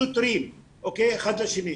סותרים אחד לשני,